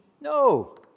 No